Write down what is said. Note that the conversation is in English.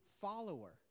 follower